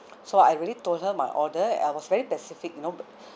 so I already told her my order I was very specific you know